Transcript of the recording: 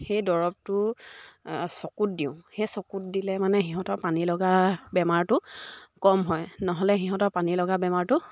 সেই দৰৱটো চকুত দিওঁ সেই চকুত দিলে মানে সিহঁতৰ পানী লগা বেমাৰটো কম হয় নহ'লে সিহঁতৰ পানী লগা বেমাৰটো